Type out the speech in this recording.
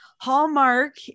Hallmark